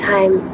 Time